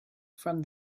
from